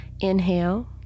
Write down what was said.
Inhale